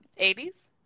80s